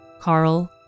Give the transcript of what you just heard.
Carl